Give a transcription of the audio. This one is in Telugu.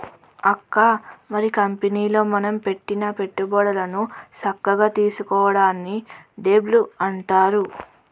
అక్క మరి కంపెనీలో మనం పెట్టిన పెట్టుబడులను సక్కగా తీసుకోవడాన్ని డెబ్ట్ అంటారు